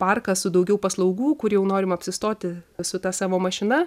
parką su daugiau paslaugų kur jau norim apsistoti su ta savo mašina